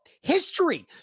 history